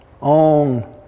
on